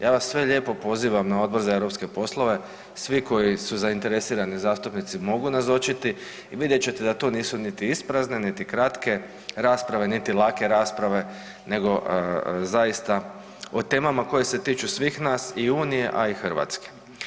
Ja vas sve lijepo pozivam na Odbor za europske poslove, svi koji su zainteresirani zastupnici mogu nazočiti i vidjet ćete da to nisu niti isprazne, niti kratke rasprave, niti lake rasprave nego zaista o temama koje se tiču svih nas i unije, a i Hrvatske.